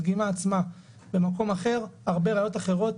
הדגימה עצמה במקום אחר, להרבה ראיות אחרות